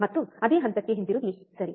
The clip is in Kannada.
ಮತ್ತು ಅದೇ ಹಂತಕ್ಕೆ ಹಿಂತಿರುಗಿ ಸರಿ